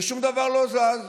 ושום דבר לא זז.